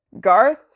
Garth